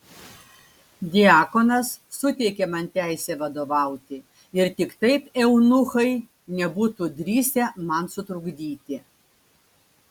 diakonas suteikė man teisę vadovauti ir tik taip eunuchai nebūtų drįsę man sutrukdyti